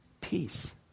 Peace